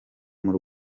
n’u